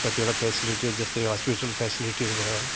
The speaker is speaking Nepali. कतिवटा फेसिलिटीहरू जस्तै हस्पिटल फेसिलिटीहरू भयो